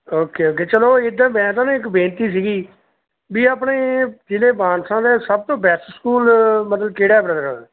okay okay ਚਲੋ ਇੱਦਾਂ ਮੈਂ ਤਾਂ ਨਾ ਇੱਕ ਬੇਨਤੀ ਸੀਗੀ ਵੀ ਆਪਣੇ ਜ਼ਿਲ੍ਹੇ ਮਾਨਸਾ ਦਾ ਸਭ ਤੋਂ ਬੈਸਟ ਸਕੂਲ ਮਤਲਬ ਕਿਹੜਾ ਹੈ ਬ੍ਰਦਰ